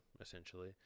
essentially